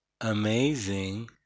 amazing